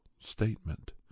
statement